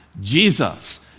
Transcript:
Jesus